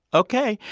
ok.